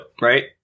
right